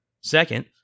Second